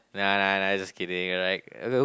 nah nah I just kidding I like